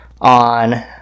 on